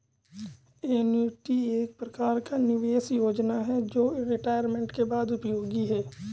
annuity एक प्रकार का निवेश योजना है जो रिटायरमेंट के बाद उपयोगी है